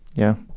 yeah.